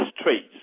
traits